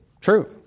true